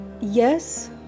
yes